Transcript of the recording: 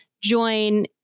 join